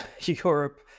Europe